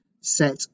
set